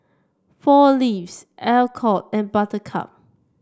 Four Leaves Alcott and Buttercup